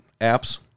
apps